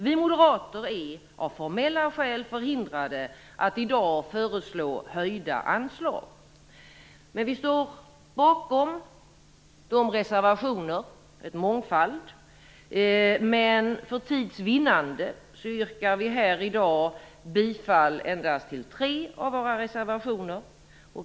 Vi moderater är av formella skäl förhindrade att i dag föreslå höjda anslag. Vi står bakom våra reservationer - en mångfald - men för tids vinnande yrkar vi här i dag bifall endast till tre av våra reservationer.